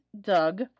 Doug